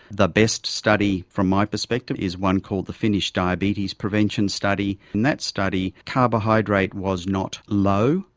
the best study from my perspective is one called the finnish diabetes prevention study. in that study carbohydrate was not low.